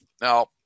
now